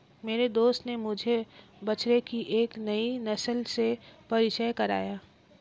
मेरे दोस्त ने मुझे बछड़े की एक नई नस्ल से परिचित कराया